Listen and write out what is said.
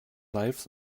lives